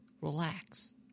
relax